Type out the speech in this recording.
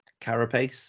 carapace